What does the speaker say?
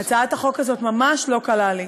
אני מוכרחה להגיד לכם שהצעת החוק הזאת ממש לא קלה לי.